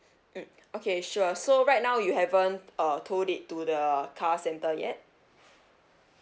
mm okay sure so right now you haven't uh tow it to the car centre yet